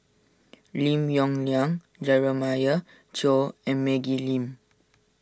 Lim Yong Liang Jeremiah Choy and Maggie Lim